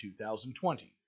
2020